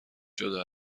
شده